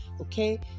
okay